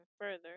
further